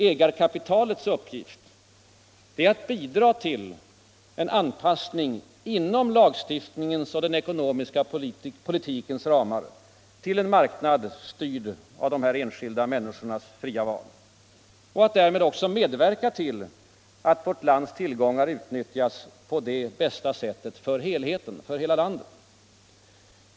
Ägarkapitalets uppgift är att bidra till en anpassning inom lagstiftningens och den ekonomiska politikens ramar till en marknad, styrd av enskilda medborgares fria val, och att därmed medverka till att vårt lands tillgångar utnyttjas på det bästa sättet för helheten, för hela landet.